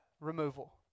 removal